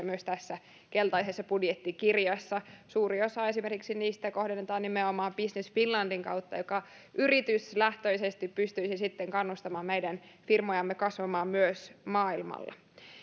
myös tässä keltaisessa budjettikirjassa suuri osa esimerkiksi niistä kohdennetaan nimenomaan business finlandin kautta joka yrityslähtöisesti pystyisi sitten kannustamaan meidän firmojamme kasvamaan myös maailmalla